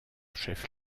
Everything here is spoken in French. chef